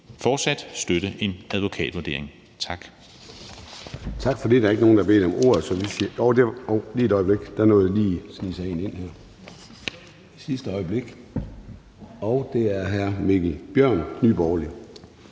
fortsat støtte en advokatvurdering. Tak.